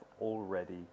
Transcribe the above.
already